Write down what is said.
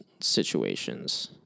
situations